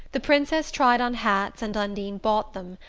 the princess tried on hats and undine bought them,